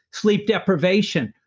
sleep deprivation,